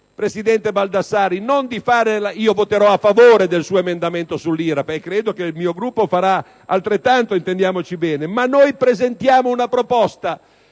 Presidente Baldassarri, io voterò a favore del suo emendamento sull'IRAP e credo che il mio Gruppo farà altrettanto, intendiamoci bene, ma la nostra proposta,